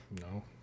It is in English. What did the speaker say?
No